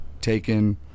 taken